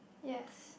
yes